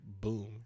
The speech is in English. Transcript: boom